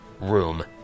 room